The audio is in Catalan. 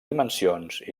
dimensions